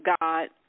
God